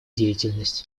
деятельность